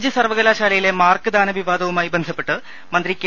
G സർവകലാശാലയിലെ mark ദാന പ്രിവാദവുമായി ബന്ധപ്പെട്ട് മന്ത്രി കെ